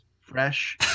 fresh